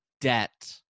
debt